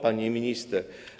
Pani Minister!